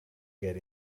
get